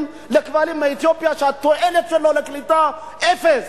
לכבלים מאתיופיה שהתועלת שלהם לקליטה היא אפס.